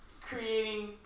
creating